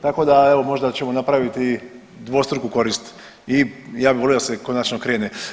Tako da evo možda ćemo napraviti dvostruku korist i ja bih volio da se konačno krene.